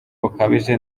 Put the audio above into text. bukabije